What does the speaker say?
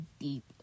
deep